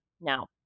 Now